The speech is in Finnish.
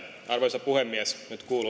arvoisa puhemies